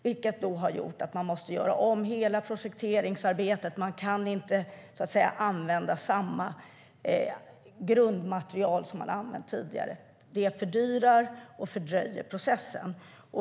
Det har gjort att man måst göra om hela projekteringsarbetet då man inte kan använda samma grundmaterial som tidigare. Det fördyrar och fördröjer processen.